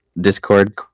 Discord